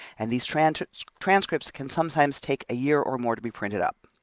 and these transcripts transcripts can sometimes take a year or more to be printed up.